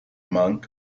monk